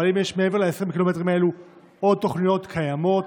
אבל האם יש מעבר ל-120 ק"מ האלה עוד תוכניות קיימות,